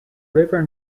river